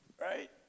right